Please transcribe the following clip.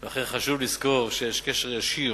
ולכן חשוב לזכור שיש קשר ישיר